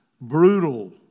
brutal